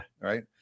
Right